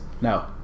No